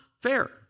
fair